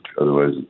Otherwise